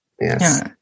Yes